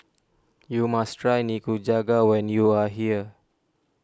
you must try Nikujaga when you are here